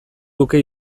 luke